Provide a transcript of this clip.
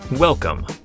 Welcome